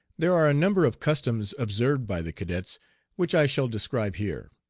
there are a number of customs observed by the cadets which i shall describe here.